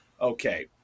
Okay